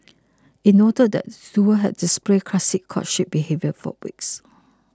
it noted that duo had displayed classic courtship behaviour for weeks